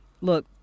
Look